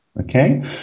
Okay